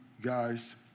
guys